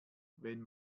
wenn